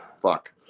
fuck